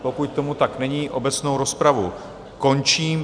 Pokud tomu tak není, obecnou rozpravu končím.